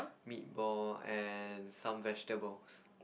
meatball and some vegetables